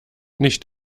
nicht